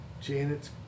janet's